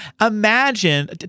imagine